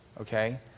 okay